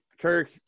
Kirk